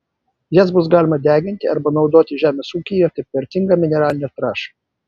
jas bus galima deginti arba naudoti žemės ūkyje kaip vertingą mineralinę trąšą